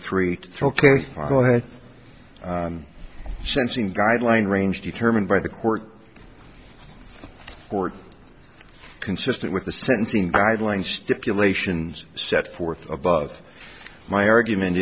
through ok go ahead sensing guideline range determined by the court court consistent with the sentencing guidelines stipulations set forth above my argument